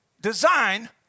design